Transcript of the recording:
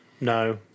No